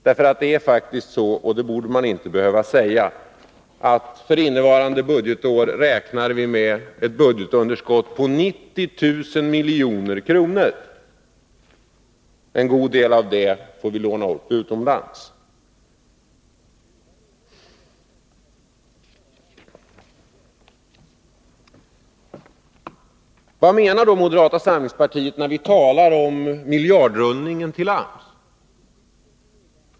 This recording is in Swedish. Man borde inte behöva säga det, men det är faktiskt så att vi för innevarande budgetår får räkna med ett budgetunderskott på 90 000 milj.kr. En god del av dem får vi låna upp utomlands. Vad menar då moderata samlingspartiet när man talar om miljardrullningen till AMS?